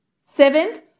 Seventh